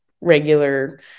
regular